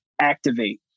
activate